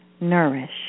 nourish